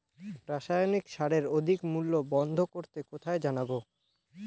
রাসায়নিক সারের অধিক মূল্য বন্ধ করতে কোথায় জানাবো?